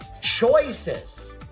choices